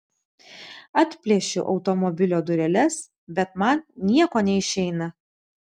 atplėšiu automobilio dureles bet man nieko neišeina